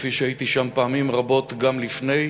כפי שהייתי שם פעמים רבות גם לפני,